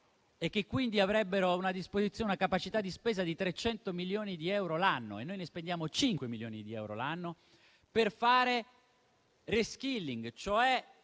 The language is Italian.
a disposizione una capacità di spesa di 300 milioni di euro l'anno, mentre noi spendiamo 5 milioni di euro l'anno per fare *reskilling*, cioè